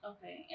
Okay